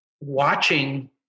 watching